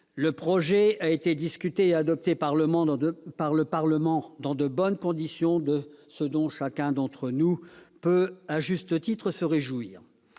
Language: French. de loi a été discuté et adopté par le Parlement dans de bonnes conditions, ce dont chacun d'entre nous peut, à juste titre, se réjouir.